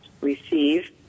receive